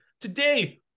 Today